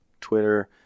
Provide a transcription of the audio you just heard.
Twitter